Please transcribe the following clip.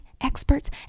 experts